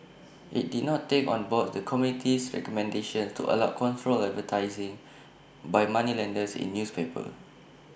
IT did not take on board the committee's recommendation to allow controlled advertising by moneylenders in newspapers